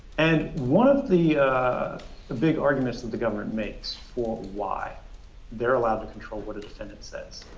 and one of the the big arguments that the government makes for why they're allowed to control what a defendant says,